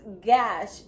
gash